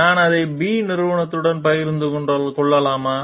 நான் அதை B நிறுவனத்துடன் பகிர்ந்து கொள்ளலாமா